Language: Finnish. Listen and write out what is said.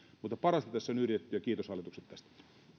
mutta parasta tässä on yritetty ja kiitos hallitukselle tästä